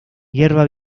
hierba